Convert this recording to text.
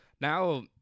Now